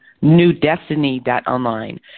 newdestiny.online